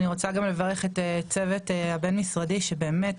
אני רוצה לברך את הצוות הבין-משרדי על כך שבאמת